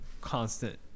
constant